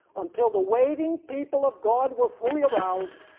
until the waiting people of god were fully aroused,